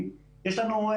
ובקדנציה הזו יש שר חוץ,